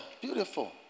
Beautiful